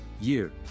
Year